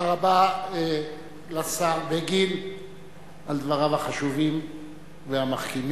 תודה רבה לשר בגין על דבריו החשובים והמחכימים.